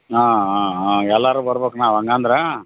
ಹಾಂ ಹಾಂ ಹಾಂ ಎಲ್ಲರೂ ಬರ್ಬೇಕ್ ನಾವು ಹಂಗಂದ್ರೆ